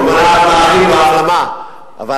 כמובן מאחלים לו החלמה, אבל,